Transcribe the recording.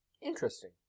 Interesting